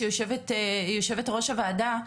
יושבת ראש הוועדה,